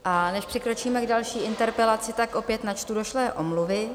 A než přikročíme k další interpelaci, tak opět načtu došlé omluvy.